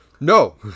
No